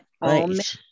Right